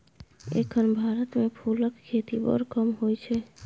एखन भारत मे फुलक खेती बड़ कम होइ छै